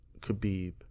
Khabib